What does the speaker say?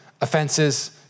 offenses